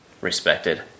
respected